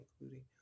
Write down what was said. including